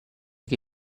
che